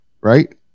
right